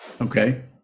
okay